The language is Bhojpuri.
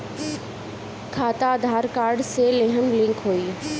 खाता आधार कार्ड से लेहम लिंक होई?